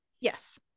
Yes